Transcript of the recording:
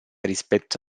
rispetto